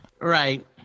right